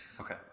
Okay